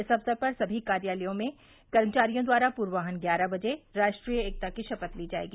इस अक्सर पर सभी कार्यालयों में कर्मचारियों द्वारा पूर्वान्ह ग्यारह बजे राष्ट्रीय एकता शफ्थ ली जायेगी